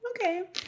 Okay